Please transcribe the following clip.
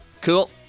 cool